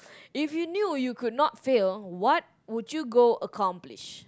if you knew you could not fail what would you go accomplish